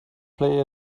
play